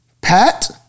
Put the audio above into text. Pat